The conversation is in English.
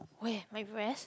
where my breast